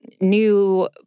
new